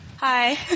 Hi